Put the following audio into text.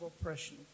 oppression